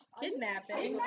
kidnapping